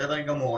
בסדר גמור,